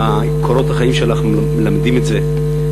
קורות החיים שלך מלמדים את זה.